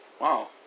Wow